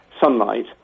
sunlight